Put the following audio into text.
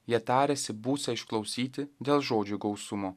jie tarėsi būsią išklausyti dėl žodžių gausumo